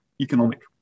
economic